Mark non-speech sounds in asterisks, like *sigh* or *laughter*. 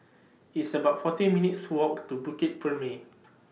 It's about forty minutes' Walk *noise* to Bukit Purmei *noise*